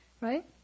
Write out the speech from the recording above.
right